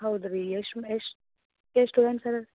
ಹೌದು ರೀ ಎಷ್ಟು ಎಷ್ಟು ಎಷ್ಟು ಸ್ಟುಡೆಂಟ್ ಅದೆ ರಿ